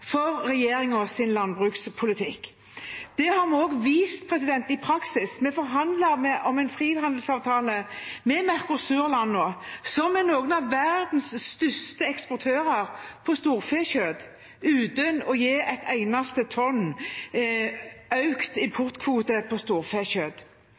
landbrukspolitikk. Det har vi også vist i praksis. Vi har forhandlet om en frihandelsavtale med Mercosur-landene, som er noen av verdens største eksportører på storfekjøtt, uten å gi et eneste tonn